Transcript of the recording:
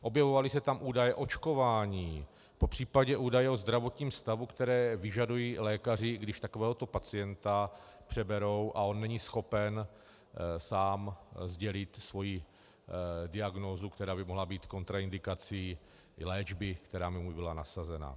Objevovaly se tam údaje o očkování, popřípadě údaje o zdravotním stavu, které vyžadují lékaři, když takového pacienta přeberou a on není schopen sám sdělit svoji diagnózu, která by mohla být kontraindikací léčby, která by mu byla nasazena.